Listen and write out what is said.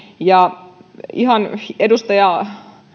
ja edustaja